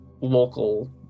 local